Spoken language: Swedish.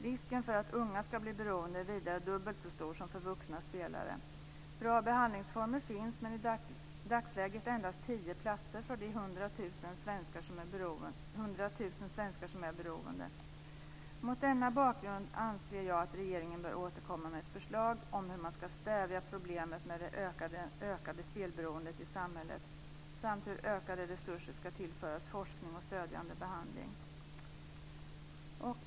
Risken för att unga ska bli beroende är vidare dubbelt så stor som för vuxna spelare. Det finns bra behandlingsformer, men i dagsläget finns det bara tio platser för de 100 000 svenskar som är beroende. Mot denna bakgrund anser jag att regeringen bör återkomma med ett förslag om hur man ska stävja problemet med det ökade spelberoendet i samhället och om hur ökade resurser ska tillföras forskning och stödjande behandling. Fru talman!